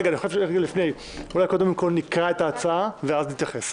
רגע, אולי קודם כול נקרא את ההצעה ואז נתייחס,